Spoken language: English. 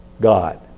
God